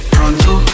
Pronto